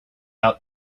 out